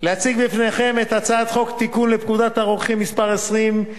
להציג בפניכם את הצעת חוק לתיקון פקודת הרוקחים (מס' 20)